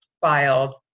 filed